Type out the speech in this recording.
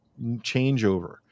changeover